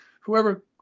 whoever